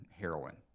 heroin